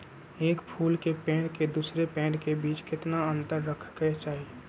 एक फुल के पेड़ के दूसरे पेड़ के बीज केतना अंतर रखके चाहि?